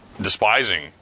despising